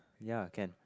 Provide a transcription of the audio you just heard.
ya can